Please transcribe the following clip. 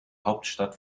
hauptstadt